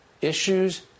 Issues